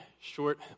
short